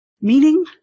meaning